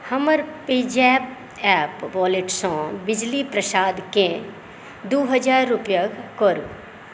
हमर PayZapp app वॉलेटसँ बिजली प्रसादके दू हजार रुपैआ करू